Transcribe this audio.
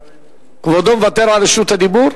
כבודו מוותר על רשות הדיבור?